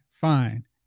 fine